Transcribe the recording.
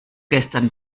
gestern